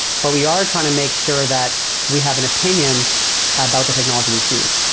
but we are trying to make sure that we have an opinion about the technology we choose.